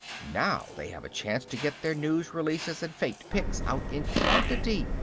now they have a chance to get their news releases and faked pix out in quantity.